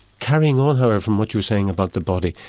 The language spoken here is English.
carrying on, however, from what you were saying about the body,